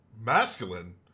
masculine